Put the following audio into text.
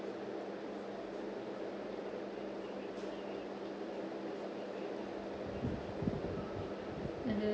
mmhmm